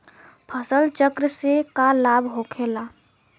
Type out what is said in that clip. फसल चक्र से का लाभ होखेला?